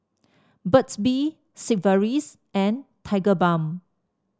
Burt's Bee Sigvaris and Tigerbalm